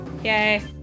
Yay